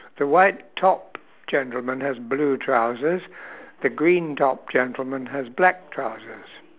the white top gentleman has blue trousers the green top gentleman has black trousers